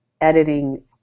editing